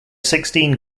sixteen